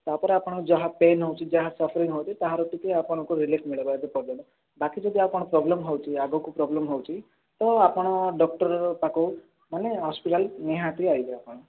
ତାପରେ ଆପଣଙ୍କର ଯାହା ପେନ୍ ହେଉଛି ଯାହା ସଫରିଂ ହେଉଛି ତାହାର ଟିକିଏ ଆପଣଙ୍କୁ ରିଲିଫ୍ ମିଳିବ ଯେ ପର୍ଯ୍ୟନ୍ତ ବାକି ଯଦି ଆଉ କଣ ପ୍ରୋବ୍ଲେମ୍ ହେଉଛି ଆଗକୁ ପ୍ରୋବ୍ଲେମ୍ ହେଉଛି ତ ଆପଣ ଡ଼କ୍ଟର ପାଖକୁ ମାନେ ହସ୍ପିଟାଲ୍ ନିହାତି ଆଇବେ ଆପଣ